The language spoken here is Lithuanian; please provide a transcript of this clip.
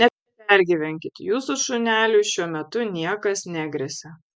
nepergyvenkit jūsų šuneliui šiuo metu niekas negresia